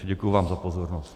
Děkuji vám za pozornost.